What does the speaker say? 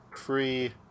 free